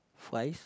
fries